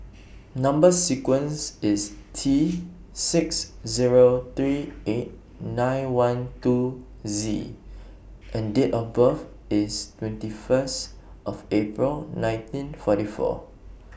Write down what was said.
Number sequence IS T six Zero three eight nine one two Z and Date of birth IS twenty First of April nineteen forty four